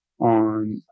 on